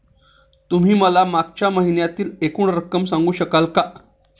तुम्ही मला माझ्या मागच्या महिन्यातील एकूण रक्कम सांगू शकाल का?